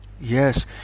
yes